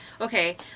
okay